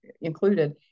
included